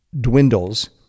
dwindles